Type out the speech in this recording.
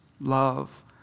love